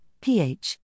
pH